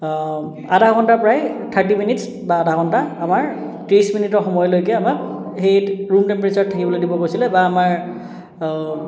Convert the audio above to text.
আধা ঘণ্টা প্ৰায় থাৰ্টি মিনিটছ বা আধা ঘণ্টা আমাৰ ত্ৰিছ মিনিটৰ সময়লৈকে আমাক সেই ৰুম টেম্পোৰেচাৰত থাকিবলৈ দিব কৈছিলে বা আমাৰ